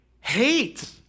hate